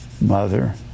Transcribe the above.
mother